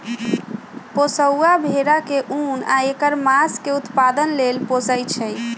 पोशौआ भेड़ा के उन आ ऐकर मास के उत्पादन लेल पोशइ छइ